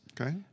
Okay